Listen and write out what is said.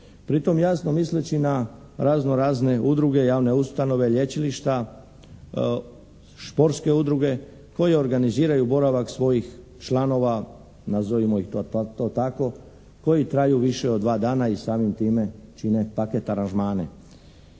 pritom jasno misleći na razno razne udruge, javne ustanove, lječilišta, športske udruge koje organiziraju boravak svojih članova nazovimo to tako koji traju više od dva dana i samim time čine paket aranžmane.